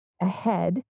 ahead